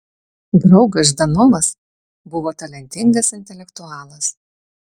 draugas ždanovas buvo talentingas intelektualas